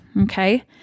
Okay